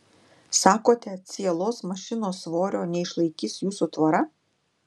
sakote cielos mašinos svorio neišlaikys jūsų tvora